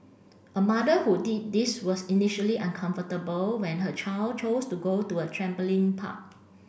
a mother who did this was initially uncomfortable when her child chose to go to a trampoline park